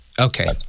okay